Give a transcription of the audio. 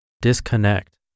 disconnect